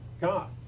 God